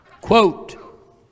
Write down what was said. Quote